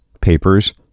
papers